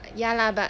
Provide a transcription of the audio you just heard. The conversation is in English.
ya lah but